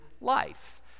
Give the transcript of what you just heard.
life